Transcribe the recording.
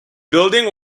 building